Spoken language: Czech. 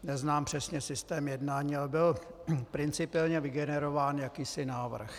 Neznám přesně systém jednání, ale byl principiálně vygenerován jakýsi návrh.